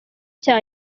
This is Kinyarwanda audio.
cya